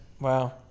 Wow